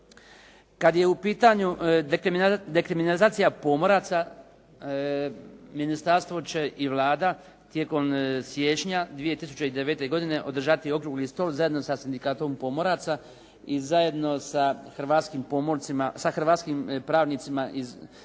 Kad je u pitanju dekriminalizacija pomoraca ministarstvo će i Vlada tijekom siječnja 2009. godine održati okrugli stol zajedno sa Sindikatom pomoraca i zajedno sa hrvatskim pravnicima koji su